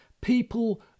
people